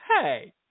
hey